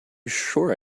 sure